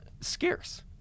scarce